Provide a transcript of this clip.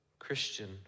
Christian